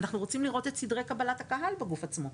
אנחנו רוצים לראות את סדרי קבלת הקהל בגוף עצמו,